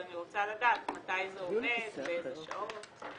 עובד, באיזה שעות.